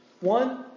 One